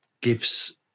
gives